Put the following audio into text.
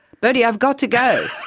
birdy, i've got to go.